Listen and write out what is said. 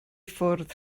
ffwrdd